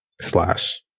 slash